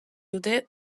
dute